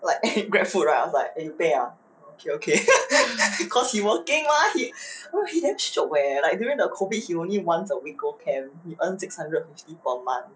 like grab food right I was like eh you pay ah okay okay cause he won't geng mah he he he damn shiok eh during the COVID he only once a week go camp he earn six hundred fifty per month